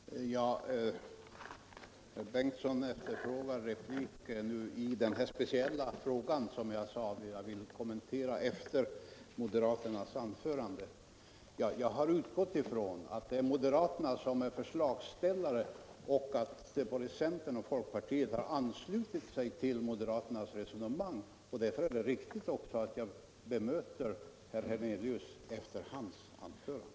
Herr talman! Herr förste vice talmannen Bengtson efterlyste en replik av mig i denna speciella fråga, men som jag sade skall jag kommentera den efter den moderate talarens anförande. Jag har nämligen utgått från att det är moderaterna som är förslagsställare i detta fall och att centern och folkpartiet har anslutit sig till moderaternas resonemang. Därför är det riktigt att jag bemöter herr Hernelius efter hans anförande.